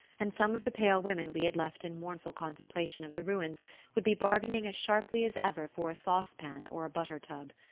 and some of the pale women we had left in mournful contemplation of the ruins would be bargaining as sharply as ever for a sauce-pan or a butter-tub.